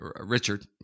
Richard